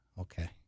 okay